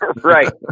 Right